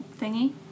thingy